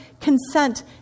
consent